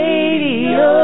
Radio